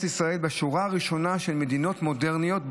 ישראל בשורה הראשונה של מדינות מודרניות,